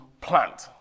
plant